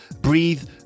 breathe